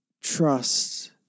trust